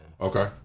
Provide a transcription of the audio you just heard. Okay